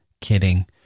kidding